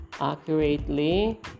accurately